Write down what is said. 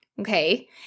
okay